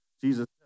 Jesus